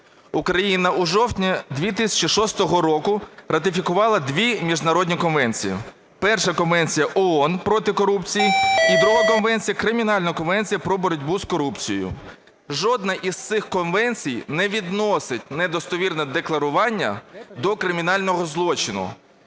Україна у жовтні 2006 року ратифікувала дві міжнародні конвенції. Перша – Конвенція ООН проти корупції і друга конвенція – Кримінальна конвенція про боротьбу з корупцією. Жодна із цих конвенцій не відносить недостовірне декларування до кримінального злочину.